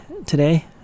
today